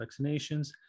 vaccinations